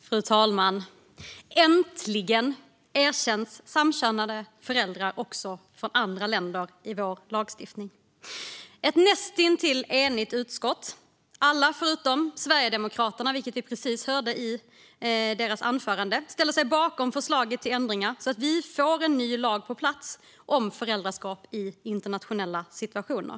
Fru talman! Äntligen erkänns samkönade föräldrar också från andra länder i vår lagstiftning. Ett näst intill enigt utskott - alla utom Sverigedemokraterna, vilket vi precis hörde i deras anförande - ställer sig bakom förslaget till ändringar så att vi får en ny lag på plats om föräldraskap i internationella situationer.